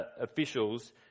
officials